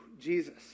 Jesus